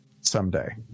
someday